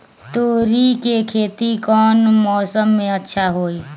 तोड़ी के खेती कौन मौसम में अच्छा होई?